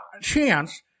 chance